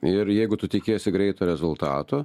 ir jeigu tu tikiesi greito rezultato